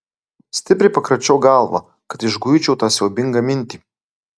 stipriai pakračiau galvą kad išguičiau tą siaubingą mintį